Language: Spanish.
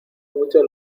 mucho